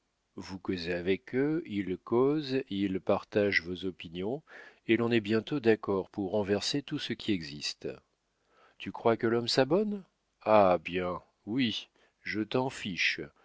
vous causez avec eux ils causent ils partagent vos opinions et l'on est bientôt d'accord pour renverser tout ce qui existe tu crois que l'homme s'abonne ah bien oui je t'en fiche